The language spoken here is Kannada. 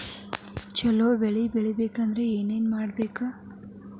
ಛಲೋ ಬೆಳಿ ತೆಗೇಬೇಕ ಅಂದ್ರ ಏನು ಮಾಡ್ಬೇಕ್?